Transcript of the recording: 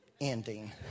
ending